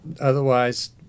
otherwise